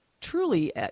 truly